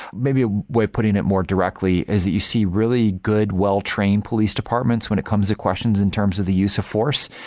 maybe a way of putting it more directly is that you see really good, well-trained police departments when it comes to questions in terms of the use of force,